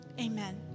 amen